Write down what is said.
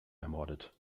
ermordet